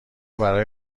برای